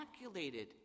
inoculated